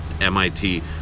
MIT